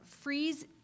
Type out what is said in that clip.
freeze